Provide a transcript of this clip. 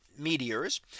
meteors